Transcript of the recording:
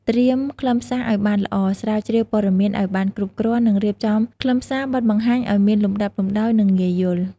ត្រៀមខ្លឹមសារឱ្យបានល្អ ស្រាវជ្រាវព័ត៌មានឱ្យបានគ្រប់គ្រាន់ និងរៀបចំខ្លឹមសារបទបង្ហាញឱ្យមានលំដាប់លំដោយ និងងាយយល់។